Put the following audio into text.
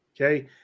Okay